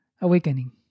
awakening